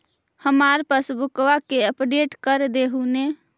हमार पासबुकवा के अपडेट कर देहु ने?